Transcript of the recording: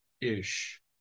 ish